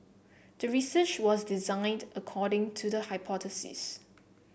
the research was designed according to the hypothesis